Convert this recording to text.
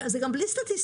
זה גם בלי סטטיסטיקה,